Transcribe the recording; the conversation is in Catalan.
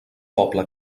poble